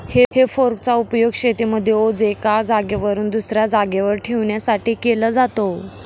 हे फोर्क चा उपयोग शेतीमध्ये ओझ एका जागेवरून दुसऱ्या जागेवर ठेवण्यासाठी केला जातो